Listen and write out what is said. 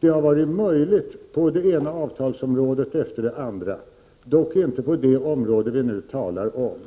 Det har varit möjligt på det ena avtalsområdet efter det andra, dock inte på det område som vi nu talar om.